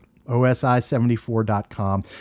osi74.com